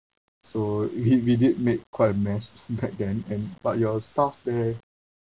so we we did with quite a mess back then and but your staff there